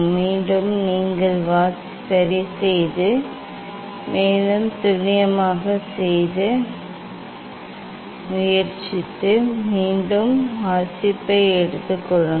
மீண்டும் நீங்கள் சரிசெய்து சரிசெய்து மேலும் துல்லியமாக செய்ய முயற்சித்து மீண்டும் வாசிப்பை எடுத்துக் கொள்ளுங்கள்